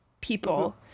people